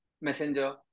Messenger